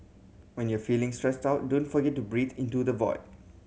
when you are feeling stressed out don't forget to breathe into the void